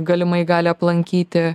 galimai gali aplankyti